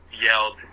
yelled